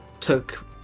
took